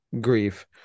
grief